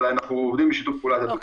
אבל אנחנו עובדים בשיתוף פעולה הדוק.